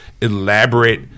elaborate